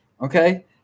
okay